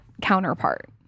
counterpart